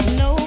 no